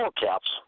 caps